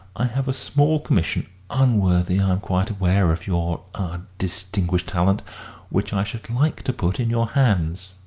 i have a small commission unworthy, i am quite aware, of your ah distinguished talent which i should like to put in your hands.